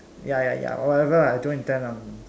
ya ya ya whatever lah I don't intend lah